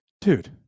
Dude